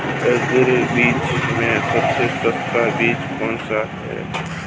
Agree बाज़ार में सबसे सस्ता बीज कौनसा है?